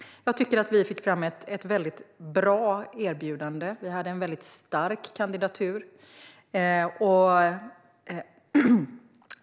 Jag tycker att vi fick fram ett väldigt bra erbjudande. Vi hade en väldigt stark kandidatur.